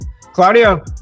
Claudio